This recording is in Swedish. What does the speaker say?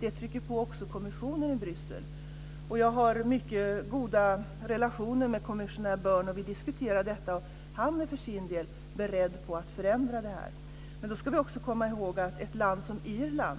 Det trycker också på kommissionen i Jag har mycket goda relationer med kommissionär Byrne. Vi diskuterar detta. Han är för sin del beredd på att förändra. Men vi kan ta som exempel ett land som Irland,